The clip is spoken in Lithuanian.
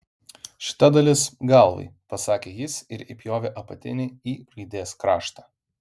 šita dalis galvai pasakė jis ir įpjovė apatinį y raidės kraštą